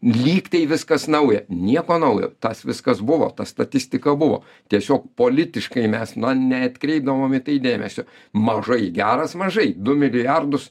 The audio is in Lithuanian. lygtai viskas nauja nieko naujo tas viskas buvo ta statistika buvo tiesiog politiškai mes na neatkreipdavom į tai dėmesio mažai geras mažai du milijardus